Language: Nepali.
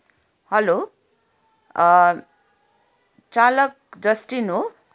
हेलो चालक जस्टिन हो